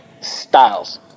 Styles